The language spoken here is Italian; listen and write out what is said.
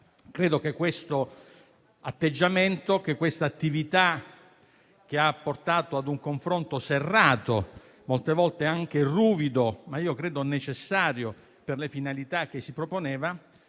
normalità. Questo atteggiamento, questa attività che ha portato a un confronto serrato, molte volte anche ruvido - ma a mio avviso necessario per le finalità che si proponeva